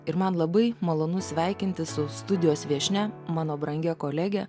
ir man labai malonu sveikinti su studijos viešnia mano brangia kolege